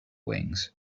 wings